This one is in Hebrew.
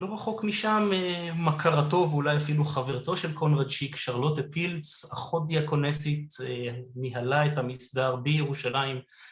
‫לא רחוק משם מכרתו ואולי אפילו ‫חברתו של קונרד שיק, שרלוטה פילץ, ‫אחות דיאקונסית, ‫ניהלה את המסדר בירושלים.